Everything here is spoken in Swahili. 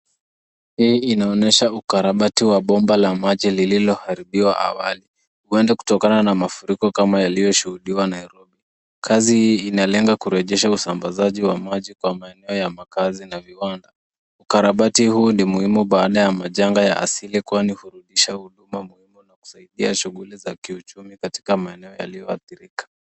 Hii inaonyesha ukarabati wa bomba la maji lililoharibiwa awali huenda kutokana na mafuriko yaliyoshuhudiwa Nairobi. Kazi hii inalenga kurejesha usambazaji wa maji kwa maeneo ya kazi na viwanda. Ukarabati huu ni muhimu baada ya janga la asili baada ya na kusaidia shughuli za kiuchumi katika maeneo yaliyoathirika.